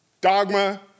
dogma